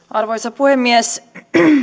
arvoisa puhemies